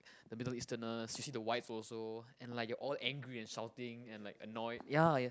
the Middle Easterners you see the wives also and like you're all angry and shouting and like annoyed ya